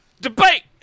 Debate